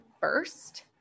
first